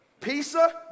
pizza